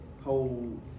whole